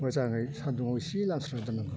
मोजाङै सानदुङाव एसे लामस्रोना दोन्नांगौ